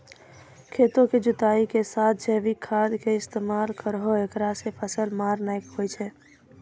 खेतों के जुताई के साथ जैविक खाद के इस्तेमाल करहो ऐकरा से फसल मार नैय होय छै?